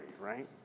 right